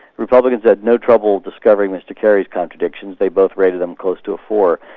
republicans had no trouble discovering mr kerry's contradictions, they both rated them close to a four.